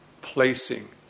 placing